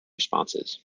responses